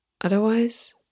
Otherwise